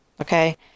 okay